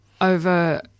over